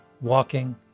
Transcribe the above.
walking